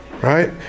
right